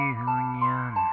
union